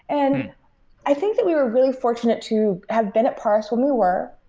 and i think that we were really fortunate to have been at parse when we were.